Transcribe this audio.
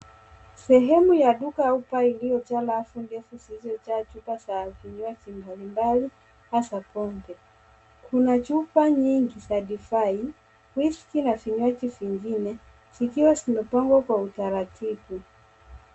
Sehemu ya duka au bar iliyojaa rafu ndefu zilizojaa chupa za vinywaji mbalimbali hasa pombe. Kuna chupa nyingi za divai , whiskey na vinyaji vingine , zikiwa zimepangwa kwa utaratibu.